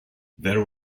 there